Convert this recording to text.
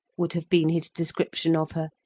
would have been his description of her,